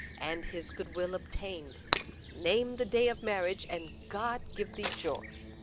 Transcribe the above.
and, his good will obtained name the day of marriage, and god give thee joy!